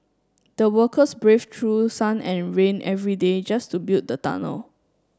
the workers braved through sun and rain every day just to build the tunnel